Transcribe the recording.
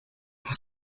muss